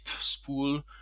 Spool